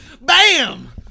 bam